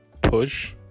push